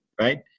right